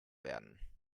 werden